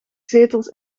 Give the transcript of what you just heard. zetels